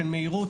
של מהירות,